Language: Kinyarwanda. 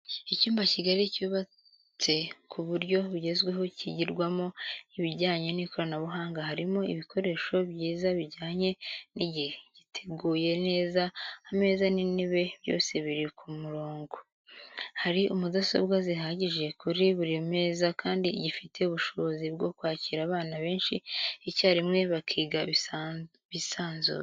Icyumba kigari cyubatse ku buryo bugezweho cyigirwamo ibijyanye n'ikoranabuhanga harimo ibikoresho byiza bijyanye n'igihe, giteguye neza ameza n'intebe byose biri ku murongo, hari mudasobwa zihagije kuri buri meza kandi gifite ubushobozi bwo kwakira abana benshi icyarimwe bakiga bisanzuye.